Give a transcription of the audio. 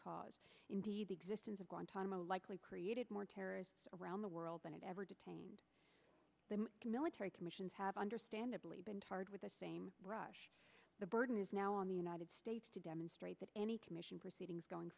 cause indeed the existence of guantanamo likely created more terrorists around the world than it ever detained the military commissions have understandably been tarred with the same brush the burden is now on the united states to demonstrate that any commission proceedings going